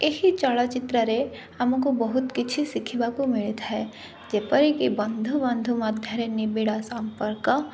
ଏହି ଚଳଚ୍ଚିତ୍ରରେ ଆମକୁ ବହୁତ କିଛି ଶିଖିବାକୁ ମିଳିଥାଏ ଯେପରିକି ବନ୍ଧୁବନ୍ଧୁ ମଧ୍ୟରେ ନିବିଡ଼ ସମ୍ପର୍କ